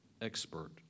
expert